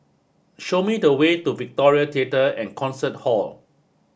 show me the way to Victoria Theatre and Concert Hall